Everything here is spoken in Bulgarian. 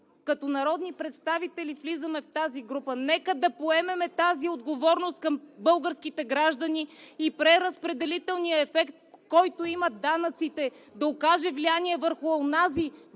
като народни представители влизаме в тази група. Нека да поемем тази отговорност към българските граждани и преразпределителния ефект, който имат данъците, да окаже влияние върху онази